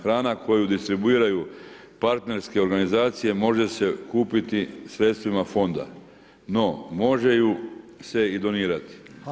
Hrana koju distribuiraju partnerske organizacije može se kupiti sredstvima fonda, no mogu se i donirati.